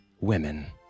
women